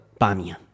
Bamiyan